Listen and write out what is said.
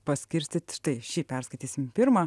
paskirstyt štai šį perskaitysim pirmą